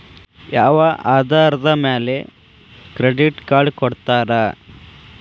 ಯಾವ ಆಧಾರದ ಮ್ಯಾಲೆ ಕ್ರೆಡಿಟ್ ಕಾರ್ಡ್ ಕೊಡ್ತಾರ?